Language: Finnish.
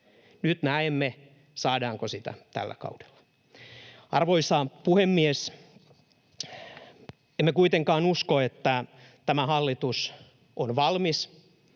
Nyt näemme, saadaanko sitä tällä kaudella. Arvoisa puhemies! Emme kuitenkaan usko, että tämä hallitus on valmis,